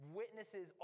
witnesses